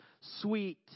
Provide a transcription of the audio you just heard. sweet